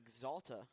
Exalta